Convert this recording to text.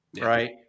Right